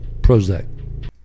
Prozac